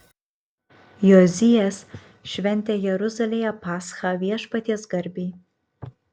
jozijas šventė jeruzalėje paschą viešpaties garbei